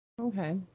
Okay